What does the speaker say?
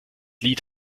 lied